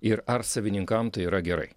ir ar savininkam tai yra gerai